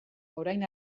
orain